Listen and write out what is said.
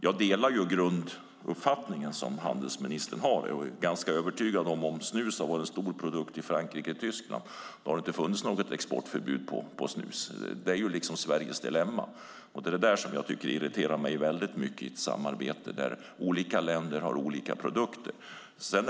Jag delar grunduppfattningen som handelsministern har och är ganska övertygad om att om snus hade varit en stor produkt i Frankrike och Tyskland hade det inte funnits något exportförbud för snus. Det är Sveriges dilemma, och det är det som irriterar mig väldigt mycket i ett samarbete där olika länder har olika produkter.